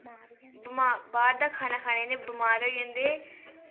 बाह्र दा खाना खाने कन्ने बमार होई जन्दे